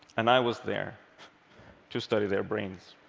and i was there to study their brains.